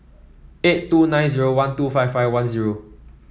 eight two nine zero one two five five one zero